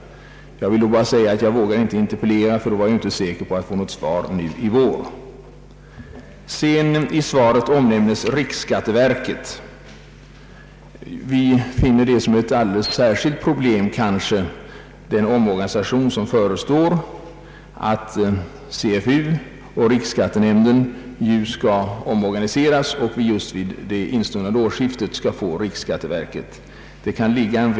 Jag vill då bara säga att jag inte vågade interpellera, därför att jag inte var säker på att i så fall få något svar i vår. I svaret omnämnes riksskatteverket. Den omorganisation som förestår av CFU och riksskattenämnden, vilka båda uppgår i riksskatteverket vid årsskiftet, ser vi kanske som ett alldeles särskilt problem.